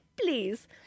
please